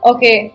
Okay